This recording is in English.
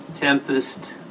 tempest